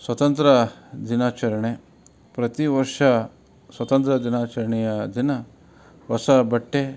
ಸ್ವತಂತ್ರ ದಿನಾಚರಣೆ ಪ್ರತೀ ವರ್ಷ ಸ್ವತಂತ್ರ ದಿನಾಚರಣೆಯ ದಿನ ಹೊಸ ಬಟ್ಟೆ